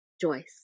Joyce